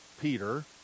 Peter